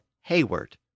hayward